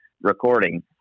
recording